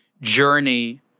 journey